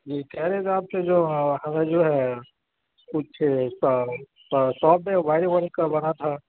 جی کہہ رہے تھے آپ کہ جو ہمیں جو ہے کچھ اِس کا شاپ میں بائیرنگ وائرنگ کروانا تھا